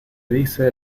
dice